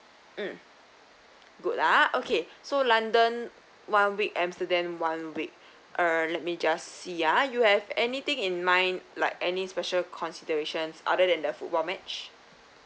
um good lah okay so london one week amsterdam one week err let me just see uh you have anything in mind like any special considerations other than the football match